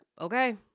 okay